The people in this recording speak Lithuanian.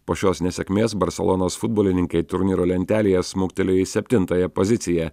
po šios nesėkmės barselonos futbolininkai turnyro lentelėje smuktelėjo į septintąją poziciją